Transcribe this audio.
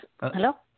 Hello